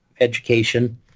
education